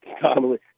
commonly